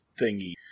thingy